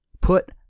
Put